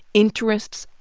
interests,